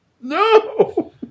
No